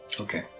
Okay